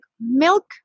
milk